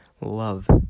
love